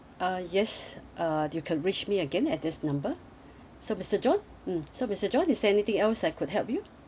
uh yes uh you can reach me again at this number so mister john mmhmm so mister john is there anything else I could help you